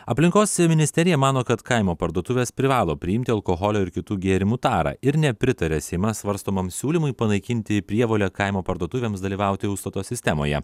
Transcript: aplinkos ministerija mano kad kaimo parduotuvės privalo priimti alkoholio ir kitų gėrimų tarą ir nepritaria seime svarstomam siūlymui panaikinti prievolę kaimo parduotuvėms dalyvauti užstato sistemoje